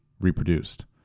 reproduced